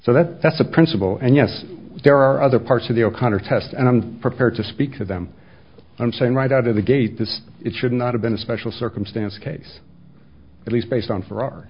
so that's a principle and yes there are other parts of the o'connor test and i'm prepared to speak for them i'm saying right out of the gate this it should not have been a special circumstance case at least based on f